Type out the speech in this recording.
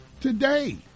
today